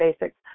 basics